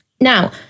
Now